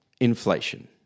Inflation